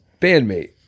bandmate